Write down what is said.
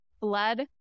blood